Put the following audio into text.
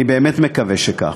אני באמת מקווה שכך,